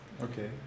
Okay